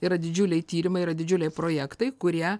yra didžiuliai tyrimai yra didžiuliai projektai kurie